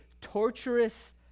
torturous